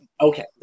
okay